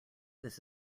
this